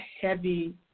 heavy